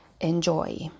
Enjoy